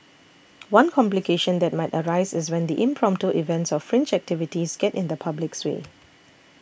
one complication that might arise is when the impromptu events or fringe activities get in the public's way